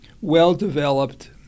well-developed